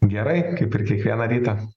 gerai kaip ir kiekvieną rytą